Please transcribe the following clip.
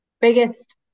biggest